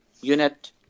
unit